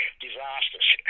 disasters